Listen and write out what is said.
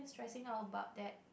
stressing all about that